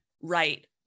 right